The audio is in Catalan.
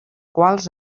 quals